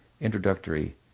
introductory